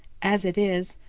as it is,